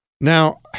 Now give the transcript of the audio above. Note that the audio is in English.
Now